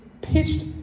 pitched